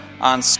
on